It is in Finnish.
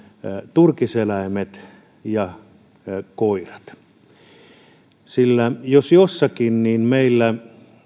turkiseläimet ja koirat sillä jos jossakin niin meillä